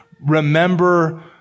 remember